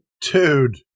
Dude